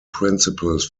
principles